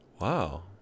Wow